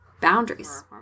boundaries